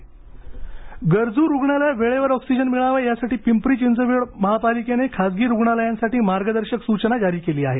पिंपरी चिंचवड गरजू रुग्णाला वेळेवर ऑक्सीजन मिळावा यासाठी पिंपरी चिंचवड महापालिकेने खासगी रुग्णालयांसाठी मार्गदर्शक सुचना जारी केली आहे